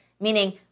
meaning